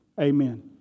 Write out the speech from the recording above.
Amen